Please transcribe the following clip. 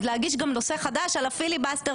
אז להגיש גם נושא חדש על הפיליבסטר,